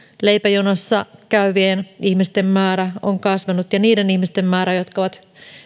leipäjonossa käyvien ihmisten määrä on kasvanut ja niiden ihmisten määrä jotka ovat